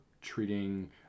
treating